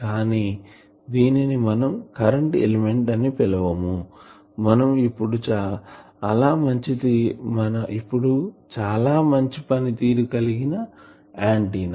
కానీ దీనిని మనం కరెంటు ఎలిమెంట్ అని పిలవము మనం ఇప్పుడు చాలా మంచి పనితీరు కలిగిన ఆంటిన్నా